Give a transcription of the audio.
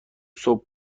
صبح